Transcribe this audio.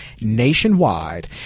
nationwide